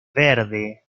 verde